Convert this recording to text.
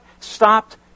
stopped